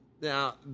Now